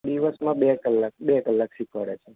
દિવસમાં બે કલાક બે કલાક શીખવાડે છે